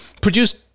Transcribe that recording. produced